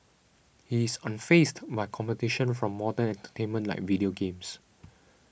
he is unfazed by competition from modern entertainment like video games